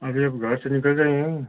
अभी आप घर से निकल गए हैं